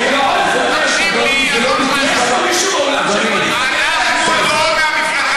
יש מישהו בעולם שיכול להתווכח,